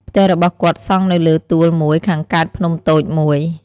ផ្ទះរបស់គាត់សង់នៅលើទួលមួយខាងកើតភ្នំតូចមួយ។